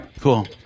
Cool